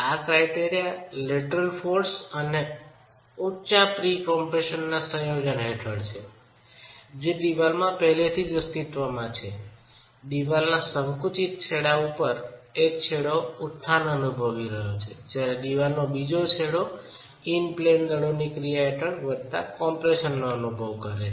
આ criteria lateral ફોર્સની અને ઉચ્ચ પ્રી કમ્પ્રેશનના સંયોજન હેઠળ છે જે દિવાલમાં પહેલાથી અસ્તિત્વમાં છે દિવાલના સંકુચિત છેડા ઉપર એક છેડો ઉત્થાન અનુભવી રહ્યો છે જ્યારે દિવાલના બીજા છેડે ઇન પ્લેન દળોની ક્રિયા હેઠળ વધતા કમ્પ્રેશન નો અનુભવ કરે છે